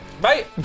Bye